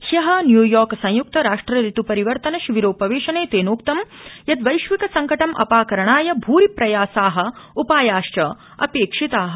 हय न्यूयॉर्क संयुक्त राष्ट्र ऋत् रिवर्तन शिविरो वेशने तेनोक्तं यत् वैश्विक संकटम् अधाकरणाय भूरि प्रयासा उधायाश्च अप्रेक्षिता